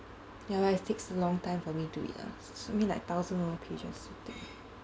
ya why it takes a long time for me to read ah should be like thousand over pages too thick